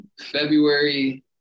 February